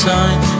time